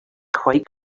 quite